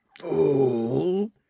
Fool